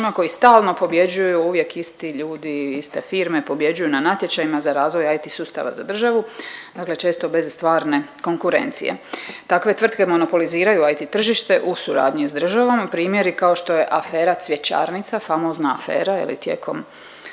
koji stalno pobjeđuju, uvijek isti ljudi, iste firme pobjeđuju na natječajima za razvoj IT sustava za državu, dakle često bez stvarne konkurencije. Takve tvrtke monopoliziraju IT tržište uz suradnji s državom, primjeri kao što je afera Cvjećarnica, famozna afera je